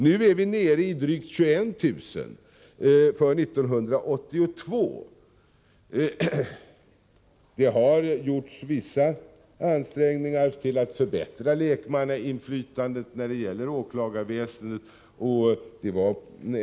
För 1982 är vi nere i drygt 21 000. Det har gjorts vissa ansträngningar att förbättra lekmannainflytandet inom åklagarväsendet.